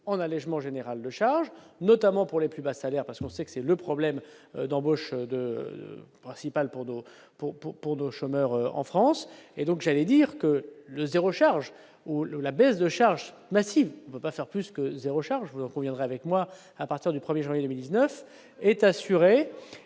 en allégement général de charges, notamment pour les plus bas salaires, parce qu'on sait que c'est le problème d'embauche de principal pour nous pour pour pour nos chômeurs en France et donc j'allais dire que le 0 charge ou la baisse de charges massives va faire plus que 0 charge, vous en conviendrez avec moi à partir du 1er janvier 2009 est assuré